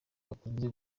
bakunze